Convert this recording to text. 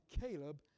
Caleb